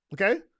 Okay